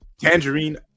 tangerine